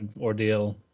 ordeal